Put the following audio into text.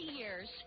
years